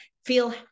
feel